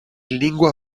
lingua